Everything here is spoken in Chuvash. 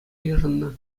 йышӑннӑ